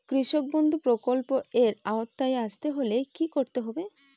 কৃষকবন্ধু প্রকল্প এর আওতায় আসতে হলে কি করতে হবে?